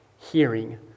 hearing